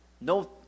no